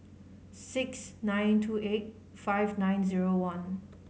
six nine two eight five nine zero one